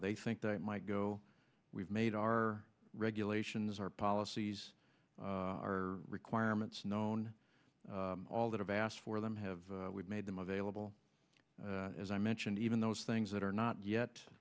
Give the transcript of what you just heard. they think they might go we've made our regulations our policies our requirements known all that have asked for them have we made them available as i mentioned even those things that are not yet